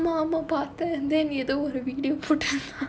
oh ஆமா ஆமா பாத்தேன் அந்த எதோ ஒரு:aamaa aamaa paathaen antha etho oru video